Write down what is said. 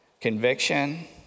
Conviction